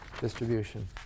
distribution